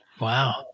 Wow